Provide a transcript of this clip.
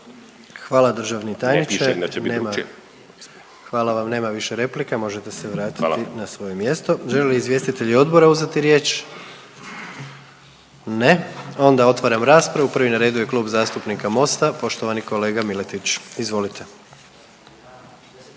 Hvala državni tajniče. Nema, hvala vam nema više replika. Možete se vratiti na svoje mjesto. …/Upadica Martinović: Hvala./… Žele li izvjestitelji odbora uzeti riječ? Ne. Onda otvaram raspravu. Prvi na redu je Klub zastupnika MOST-a poštovani kolega Miletić, izvolite.